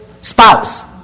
spouse